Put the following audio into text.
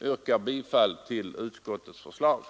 yrkar bifall till utskottets hemställan.